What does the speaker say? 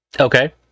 Okay